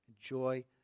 joy